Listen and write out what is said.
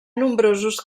nombrosos